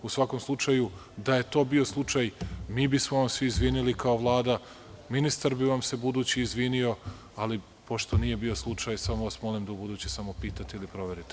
U svakom slučaju, da je to bio slučaj, mi bismo vam se izvinili kao Vlada, ministar bi vam se budući izvinio, ali pošto nije bio slučaj, samo vas molim da u buduće pitate ili proverite.